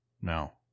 no